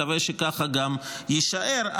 מקווה שככה גם יישאר,